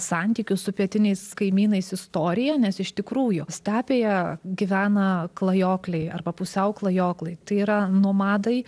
santykių su pietiniais kaimynais istoriją nes iš tikrųjų stepėje gyvena klajokliai arba pusiau klajokliai tai yra nomadai